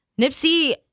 Nipsey